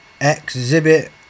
Exhibit